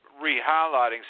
re-highlighting